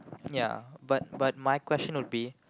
ya but but my question would be